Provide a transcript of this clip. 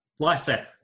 Lyseth